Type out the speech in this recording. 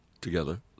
together